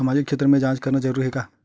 सामाजिक क्षेत्र म जांच करना जरूरी हे का?